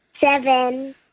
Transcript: Seven